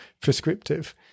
prescriptive